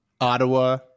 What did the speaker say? Ottawa